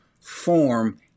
form